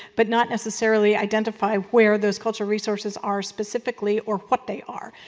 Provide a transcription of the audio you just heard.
but not necessarily identify where those cultural resources are specifically or what they are.